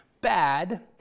bad